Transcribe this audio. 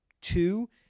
two